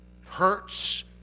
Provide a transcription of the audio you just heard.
hurts